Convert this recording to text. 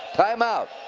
time-out.